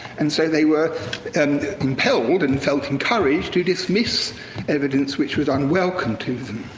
and so they were and compelled and felt encouraged to dismiss evidence which was unwelcome to them.